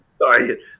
Sorry